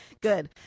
good